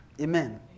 Amen